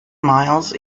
miles